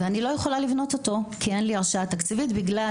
ואני לא יכולה לבנות אותו כי אין לי הרשאה תקציבית בגלל